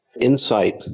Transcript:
Insight